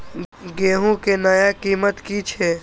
गेहूं के नया कीमत की छे?